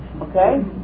okay